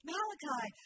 Malachi